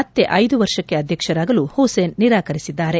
ಮತ್ತೆ ಐದು ವರ್ಷಕ್ಕೆ ಅಧ್ಯಕ್ಷರಾಗಲು ಹುಸೇನ್ ನಿರಾಕರಿಸಿದ್ದಾರೆ